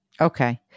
Okay